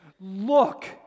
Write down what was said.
look